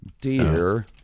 Dear